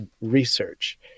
research